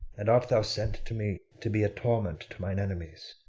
and art thou sent to me to be a torment to mine enemies?